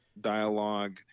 dialogue